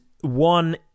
one